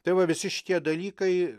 tai va visi šitie dalykai